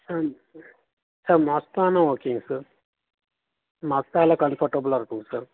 sir sir மஸ்தானா ஓகேங்க sir மஸ்தால கம்ஃபோர்ட்டபுளாக இருக்குங்க சார்